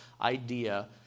idea